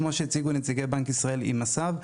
כמו שהציגו נציגי בנק ישראל עם מס"ב,